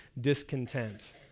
discontent